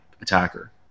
attacker